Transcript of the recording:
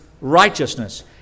righteousness